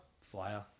Flyer